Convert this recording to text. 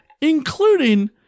including